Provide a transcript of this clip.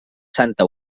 santa